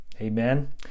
Amen